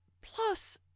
Plus